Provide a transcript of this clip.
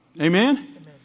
Amen